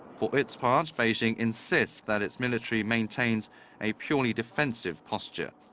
for its part, beijing insists that its military maintains a purely defensive posture.